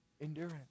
endurance